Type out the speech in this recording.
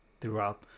throughout